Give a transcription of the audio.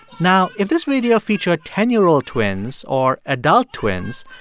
now, if this video featured ten year old twins or adult twins,